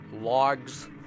logs